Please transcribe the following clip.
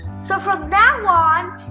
so, from now on,